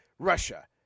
Russia